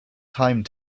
time